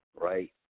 right